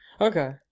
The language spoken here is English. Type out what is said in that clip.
Okay